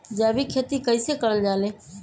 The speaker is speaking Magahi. जैविक खेती कई से करल जाले?